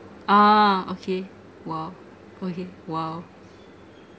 ah okay !wow! okay !wow!